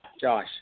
Josh